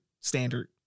standard